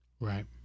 Right